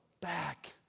back